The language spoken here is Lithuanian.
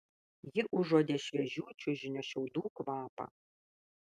ji užuodė šviežių čiužinio šiaudų kvapą